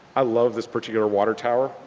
i love this particular water tower.